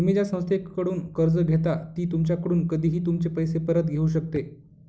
तुम्ही ज्या संस्थेकडून कर्ज घेता ती तुमच्याकडून कधीही तुमचे पैसे परत घेऊ शकते